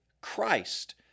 Christ